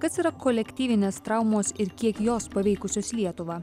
kas yra kolektyvinės traumos ir kiek jos paveikusios lietuvą